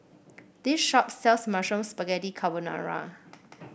this shop sells Mushroom Spaghetti Carbonara